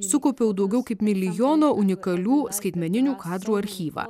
sukaupiau daugiau kaip milijono unikalių skaitmeninių kadrų archyvą